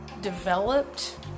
developed